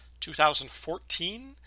2014